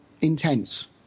intense